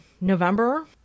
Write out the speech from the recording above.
November